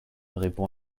répond